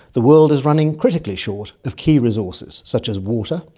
the world is running critically short of key resources such as water,